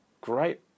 great